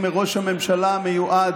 אני לא במפלגת העבודה.